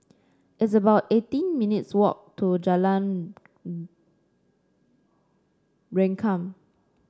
it's about eighteen minutes' walk to Jalan Rengkam